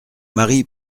mari